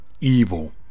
evil